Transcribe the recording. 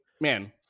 man